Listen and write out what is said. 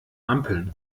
ampeln